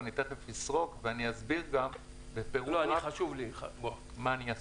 ותכף אני אסביר בפירוט רב מה אנחנו עושים.